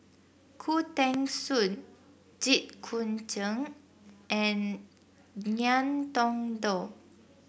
Khoo Teng Soon Jit Koon Cheng and Ngiam Tong Dow